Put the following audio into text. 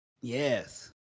yes